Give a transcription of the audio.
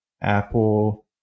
Apple